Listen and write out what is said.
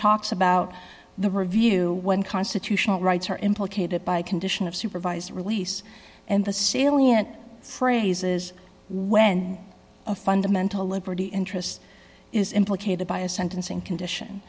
talks about the review when constitutional rights are implicated by condition of supervised release and the salient phrases when a fundamental liberty interest is implicated by a sentencing condition